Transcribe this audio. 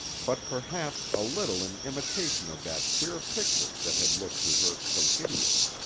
but perhaps a little in imitation of that queer picture that had looked to her so hideous.